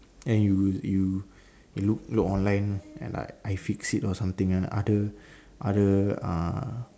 and you you you look look online then like I like fix it or something ah other other uh